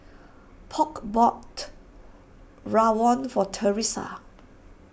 Polk bought Rawon for Teressa